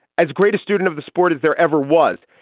as great a student of the sport is there ever was.